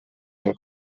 del